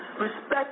respect